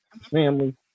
family